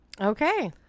okay